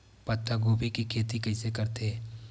पत्तागोभी के खेती कइसे करथे?